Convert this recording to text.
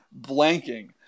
blanking